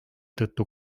tõttu